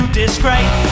disgrace